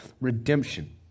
redemption